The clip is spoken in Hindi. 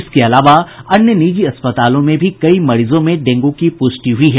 इसके अलावा अन्य निजी अस्पतालों में भी कई मरीजों में डेंगू की पुष्टि हुयी है